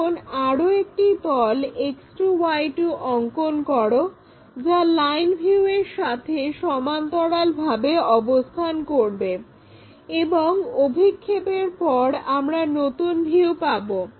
এখন আরো একটি তল X2Y2 অঙ্কন করো যা লাইন ভিউয়ের সাথে সমান্তরালভাবে অবস্থান করবে এবং অভিক্ষেপের পর আমরা নতুন ভিউ পাবো